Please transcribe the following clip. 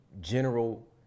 general